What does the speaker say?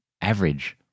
average